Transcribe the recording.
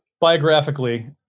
biographically